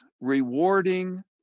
rewarding